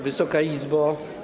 Wysoka Izbo!